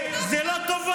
שתהיה פה רק מדינה אחת,